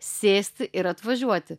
sėsti ir atvažiuoti